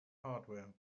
hardware